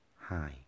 hi